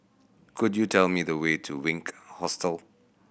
could you tell me the way to Wink Hostel